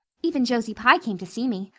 even josie pye came to see me.